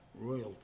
royalty